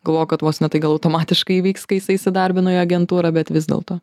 galvojo kad vos ne tai gal automatiškai įvyks kai jisai įsidarbino į agentūrą bet vis dėlto